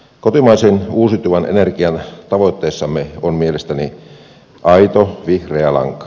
kotimaisen uusiutuvan energian tavoitteissamme on mielestäni aito vihreä lanka